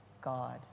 God